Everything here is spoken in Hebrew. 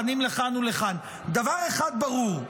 פנים לכאן ולכאן דבר אחד ברור: